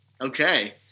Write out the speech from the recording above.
okay